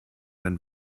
wenn